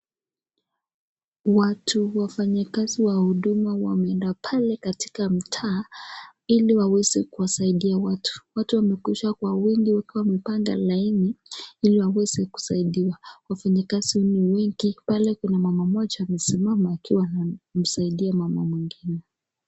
Watu wafanyikazi wa huduma wameenda pale katika mtaa ili waweze kuwasaidia watu. Watu wamekuja kwa wingi huku wamepanga laini ili waweze kusaidiwa wafanyikazi ni wengi pale kuna mama moja amesimama akiwa amemsaidia mama mwingine.